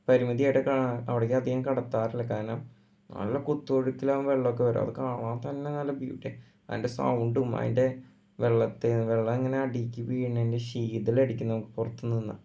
പരിമിതിയായിട്ടൊക്കെ കാ അവിടേക്ക് അധികം കടത്താറില്ല കാരണം നല്ല കുത്തൊഴുക്കിലാണ് വെള്ളമൊക്കെ വരാറ് അത് കാണാൻ തന്നെ നല്ല ബീറ്റെ നല്ല സൗണ്ടും അതിൻ്റെ വെള്ളത്തെ വെള്ളം ഇങ്ങനെ അടിക്ക് വീണതിൻ്റെ ശീതളടിക്കും നമുക്ക് പുറത്ത് നിന്നാൽ